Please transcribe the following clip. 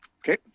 Okay